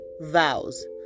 vows